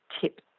tip